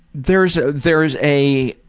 there's there's a